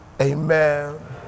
Amen